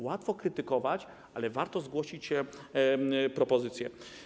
Łatwo krytykować, ale warto zgłosić propozycje.